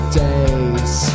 days